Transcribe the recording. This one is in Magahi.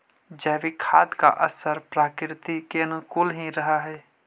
जैविक खाद का असर प्रकृति के अनुकूल ही रहअ हई